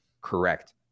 correct